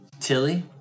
Tilly